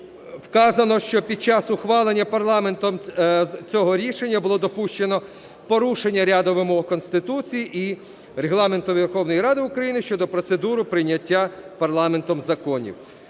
Вказано, що під час ухвалення парламентом цього рішення було допущено порушення ряду вимог Конституції і Регламенту Верховної Ради України щодо процедури прийняття парламентом законів.